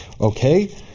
okay